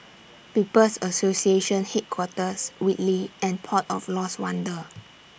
People's Association Headquarters Whitley and Port of Lost Wonder